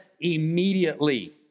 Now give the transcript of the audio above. immediately